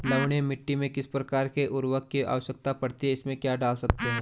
लवणीय मिट्टी में किस प्रकार के उर्वरक की आवश्यकता पड़ती है इसमें क्या डाल सकते हैं?